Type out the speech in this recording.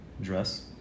dress